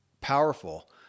powerful